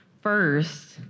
first